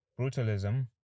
brutalism